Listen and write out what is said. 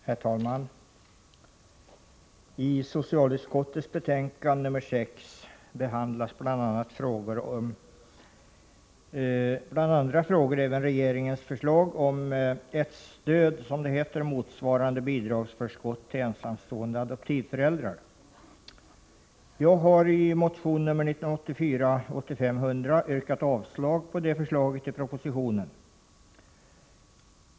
Herr talman! I socialutskottets betänkande 6 behandlas bland andra frågor även regeringens förslag om ett stöd motsvarande bidragsförskott till ensamstående adoptivföräldrar. Jag har i motion 1984/85:100 yrkat avslag på det förslaget i propositionen.